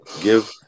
give